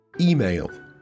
Email